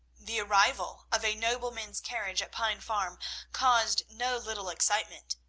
the arrival of a nobleman's carriage at pine farm caused no little excitement.